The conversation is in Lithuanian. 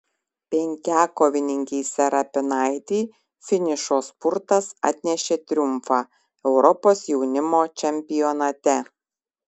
penkiakovininkei serapinaitei finišo spurtas atnešė triumfą europos jaunimo čempionate